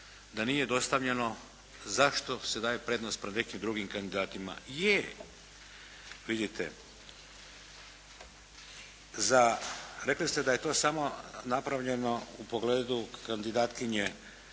da nije dostavljeno zašto se daje prednost pred nekim drugim kandidatima. Je. Vidite, rekli ste da je to samo napravljeno u pogledu kandidatkinje